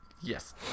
Yes